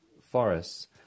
forests